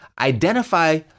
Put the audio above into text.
Identify